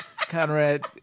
Conrad